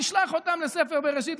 נשלח אותם לספר בראשית,